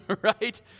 Right